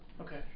Okay